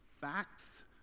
facts